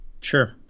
Sure